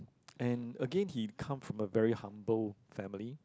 and again he come from a very humble family